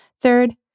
Third